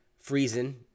freezing